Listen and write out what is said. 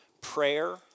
prayer